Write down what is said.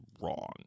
wrong